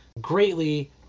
greatly